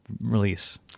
release